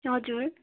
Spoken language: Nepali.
हजुर